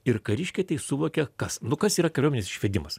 ir kariškiai tai suvokia kas nu kas yra kariuomenės išvedimas